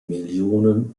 millionen